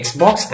Xbox